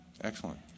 Excellent